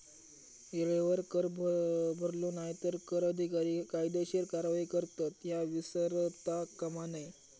येळेवर कर भरलो नाय तर कर अधिकारी कायदेशीर कारवाई करतत, ह्या विसरता कामा नये